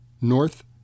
north